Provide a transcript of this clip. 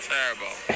Terrible